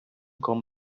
com